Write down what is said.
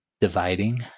dividing